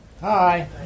Hi